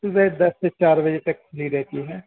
صبح دس سے چار بجے تک کھلی رہتی ہے